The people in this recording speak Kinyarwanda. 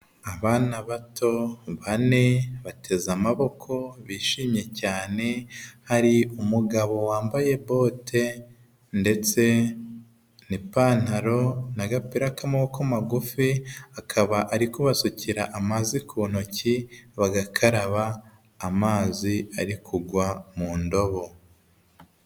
Abana bato bane bateze amaboko bishimye cyane, hari umugabo wambaye bote ndetse n'ipantaro n'agapira k'amaboko magufi, akaba ari kubasukira amazi ku ntoki bagakaraba amazi ari kugwa mu ndobo.